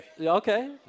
Okay